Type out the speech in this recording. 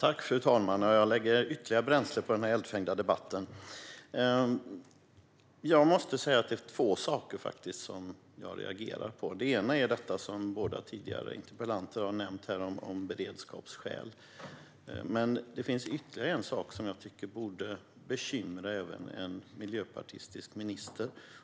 Fru talman! Jag bidrar med ytterligare bränsle till denna eldfängda debatt. Det är två saker som jag reagerar på. Den ena är det som de båda tidigare talarna har nämnt, nämligen beredskapsskäl. Men det finns ytterligare en sak som jag tycker borde bekymra även en miljöpartistisk minister.